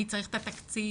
אני צריך את התקציב,